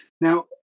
Now